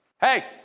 Hey